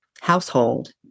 household